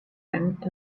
and